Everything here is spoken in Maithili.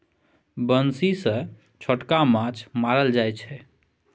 बंसी सँ छोटका माछ मारल जाइ छै